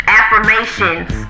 affirmations